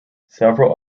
several